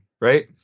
Right